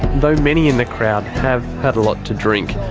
though many in the crowd have had a lot to drink,